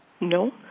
no